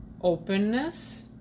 openness